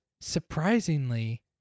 surprisingly